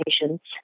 patients